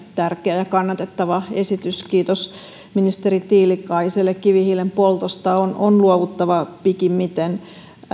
tärkeä ja kannatettava esitys kiitos ministeri tiilikaiselle kivihiilen poltosta on on luovuttava pikimmiten